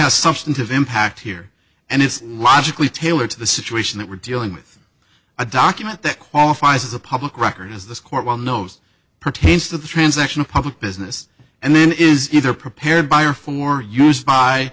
has substantive impact here and it's logically tailored to the situation that we're dealing with a document that qualifies as a public record as this court well knows pertains to the transaction of public business and then is either prepared by or for use by